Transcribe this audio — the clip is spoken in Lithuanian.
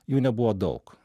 jų nebuvo daug